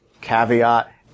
caveat